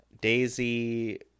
Daisy